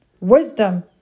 Wisdom